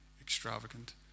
extravagant